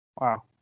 wow